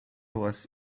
was